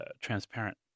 transparent